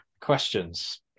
questions